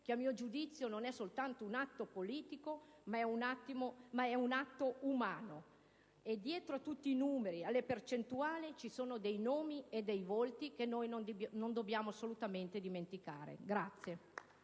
che, a mio giudizio, non è soltanto un atto politico ma è un atto umano. E dietro tutti i numeri e alle percentuali ci sono dei nomi e dei volti che non dobbiamo assolutamente dimenticare.